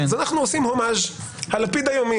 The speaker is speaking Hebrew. אז אנחנו עושים הומאז' הלפיד היומי.